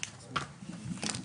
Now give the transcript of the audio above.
אוקי,